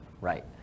Right